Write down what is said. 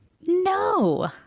No